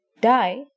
Die